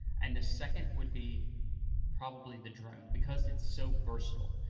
and the second would be probably the drone, because it's so versatile,